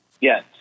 Yes